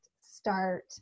start